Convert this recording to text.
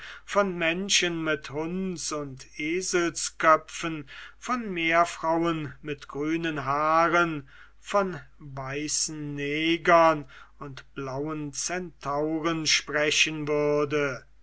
von menschen mit hund und eselsköpfen von meerfrauen mit grünen haaren von weißen negern und blauen centauren sprechen würde